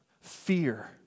fear